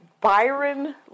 Byron